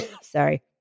Sorry